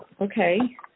Okay